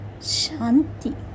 Shanti